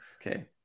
Okay